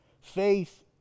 faith